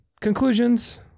conclusions